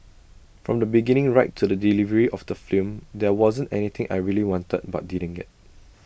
from the beginning right to the delivery of the film there wasn't anything I really wanted but didn't get